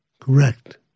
Correct